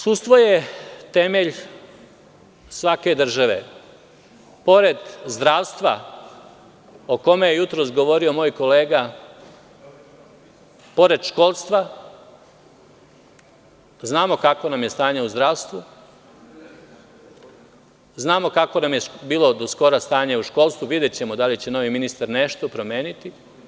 Sudstvo je temelj svake države, pored zdravstva o kome je jutros govorio moj kolega, pored školstva, znamo kakvo nam je stanje u zdravstvu, znamo kakvo nam je bilo do skoro stanje u školstvu, videćemo da li će novi ministar nešto promeniti.